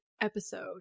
episode